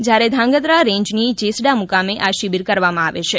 જ્યારે ધ્રાંગધ્રા રેન્જની જેસડા મુકામે આ શિબિર કરવામાં આવે છે